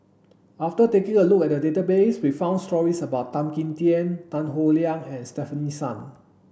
after taking a look at the database we found stories about Tan Kim Tian Tan Howe Liang and Stefanie Sun